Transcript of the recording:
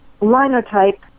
linotype